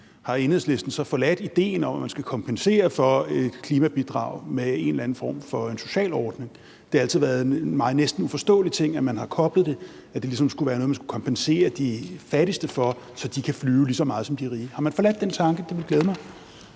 Har Enhedslisten så forladt idéen om, at man skal kompensere for klimabidraget med en eller anden form for social ordning? Det har altid været mig en næsten uforståelig ting, at man har koblet det, altså at det ligesom skulle være noget, man skulle kompensere de fattigste for, så de kan flyve lige så meget som de rige. Har man forladt den tanke? Det ville glæde mig.